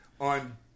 on